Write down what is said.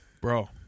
Bro